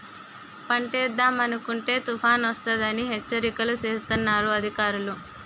పంటేద్దామనుకుంటే తుపానొస్తదని హెచ్చరికలు సేస్తన్నారు అధికారులు